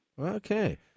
Okay